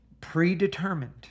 predetermined